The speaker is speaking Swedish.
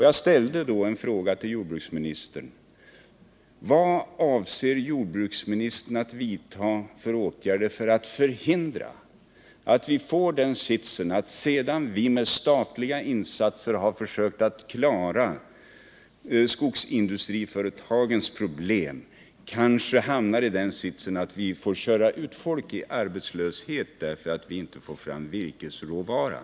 Jag ställde då en fråga till jordbruksministern: Vad avser jordbruksministern att vidta för åtgärder för att förhindra att vi kanske hamnar i den sitsen, att sedan vi med statliga insatser har försökt klara skogsindustriföretagens problem måste vi köra ut folk i arbetslöshet, därför att vi inte får fram virkesråvara?